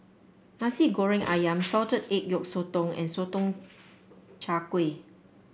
Nasi Goreng ayam Salted Egg Yolk Sotong and Sotong Char Kway